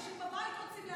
אנשים בבית רוצים להבין.